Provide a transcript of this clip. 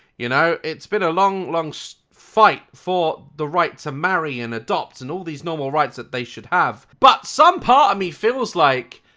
you know? it's been a long long so fight for the right to marry and adopt and all these normal rights that they should have. but some part of me feels like